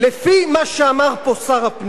לפי מה שאמר פה שר הפנים,